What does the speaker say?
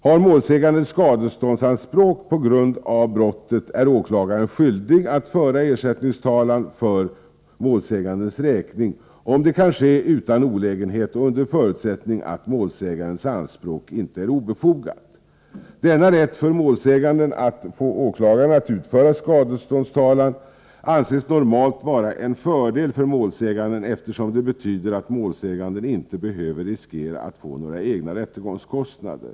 Har målsäganden skadeståndsanspråk på grund av brottet är åklagaren skyldig att föra ersättningstalan för målsägandens räkning, om det kan ske utan olägenhet och under förutsättning att målsägarens anspråk inte är obefogat. Denna rätt för målsäganden att få åklagaren att föra skadeståndstalan anses normalt vara en fördel för målsäganden, eftersom det betyder att målsäganden inte behöver riskera att få några egna rättegångskostnader.